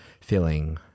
feeling